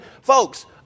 folks